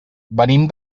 venim